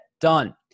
done